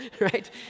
right